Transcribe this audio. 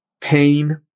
pain